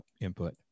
input